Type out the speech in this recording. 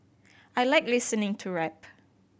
I like listening to rap